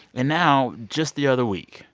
and now, just the other week,